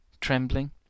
trembling